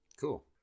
Cool